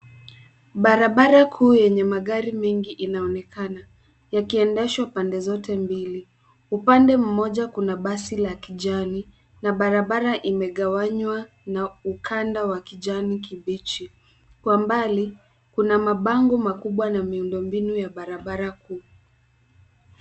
Barabara kuu yenye magari mengi inaonekana, yakiendeshwa pande zote mbili. Upande wa mmoja kuna basi la kijani, na barabara inagawanywa na ukanda wa kijani kibichi. Kwa mbali, kuna mabango makubwa na miundo mbinu ya barabara kuu.